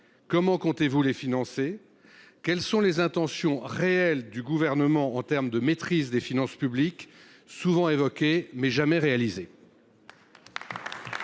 Comment comptez vous les financer ? Quelles sont les intentions réelles du Gouvernement en termes de maîtrise des finances publiques, sujet souvent évoqué, mais jamais réalisé ?